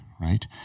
right